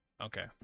Okay